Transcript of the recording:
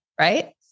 right